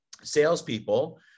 Salespeople